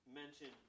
mention